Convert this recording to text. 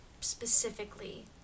specifically